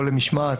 לא למשמעת,